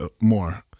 more